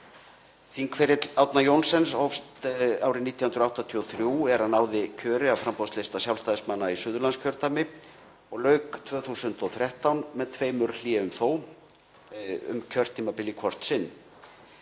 Þingferill Árna Johnsens hófst árið 1983 er hann náði kjöri af framboðslista Sjálfstæðismanna í Suðurlandskjördæmi og lauk 2013, með tveimur hléum þó, kjörtímabili í hvort sinn.